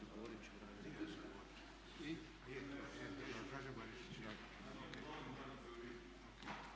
Hvala vam